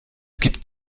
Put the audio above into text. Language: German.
gibt